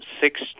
Six